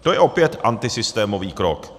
To je opět antisystémový krok.